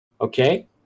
Okay